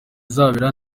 izabera